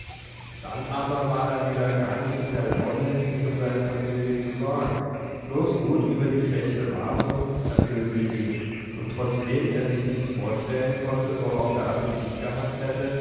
dann aber war er wieder gar nicht in der laune sich um seine familie zu sorgen bloß wut über die schlechte wartung erfüllte ihn und trotzdem er sich nichts vorstellen konnte worauf er appetit gehabt hätte